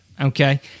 Okay